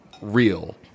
real